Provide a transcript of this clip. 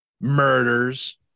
murders